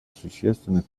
существенных